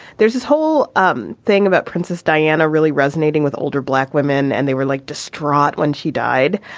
there's this whole um thing about princess diana really resonating with older black women and they were like distraught when she died.